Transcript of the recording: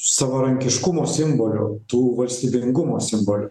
savarankiškumo simbolių tų valstybingumo simbolių